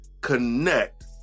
connect